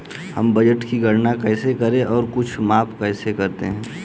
हम वजन की गणना कैसे करते हैं और कुछ माप कैसे करते हैं?